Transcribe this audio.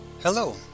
Hello